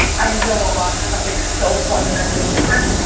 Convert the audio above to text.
i know i'm onto something so fundamentally different.